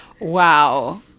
Wow